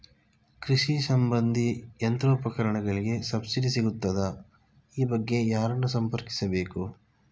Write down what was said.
ಕೃಷಿ ಸಂಬಂಧಿ ಯಂತ್ರೋಪಕರಣಗಳಿಗೆ ಸಬ್ಸಿಡಿ ಸಿಗುತ್ತದಾ? ಈ ಬಗ್ಗೆ ಯಾರನ್ನು ಸಂಪರ್ಕಿಸಬೇಕು?